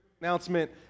announcement